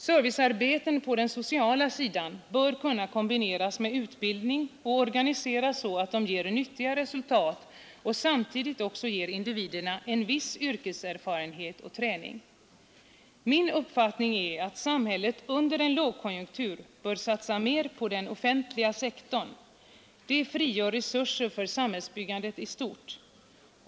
Servicearbeten på den sociala sidan bör kunna kombineras med utbildning och organiseras så att de ger nyttiga resultat och samtidigt för individerna innebär en viss yrkeserfarenhet och träning. Min uppfattning är att samhället under en lågkonjunktur bör satsa mer på den offentliga sektorn. Det frigör resurser för samhällsbyggandet i stort.